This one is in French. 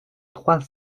trois